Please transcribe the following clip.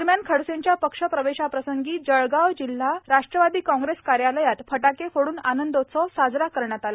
दरम्यान खडसेंच्या पक्ष प्रवेशाप्रसंगी जळगाव जिल्हा राष्ट्रवादी काँग्रेस कार्यालयात फटाके फोड्न आनंदोत्सव साजरा करण्यात आला